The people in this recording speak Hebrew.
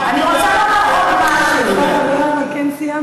למה לא רוצים לראות אותם בזווית העין של האוכלוסיות החזקות?